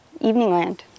Eveningland